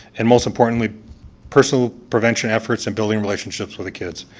and most importantly personal prevention efforts in building relationships with the kids.